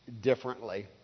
Differently